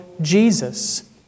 Jesus